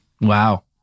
Wow